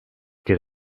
get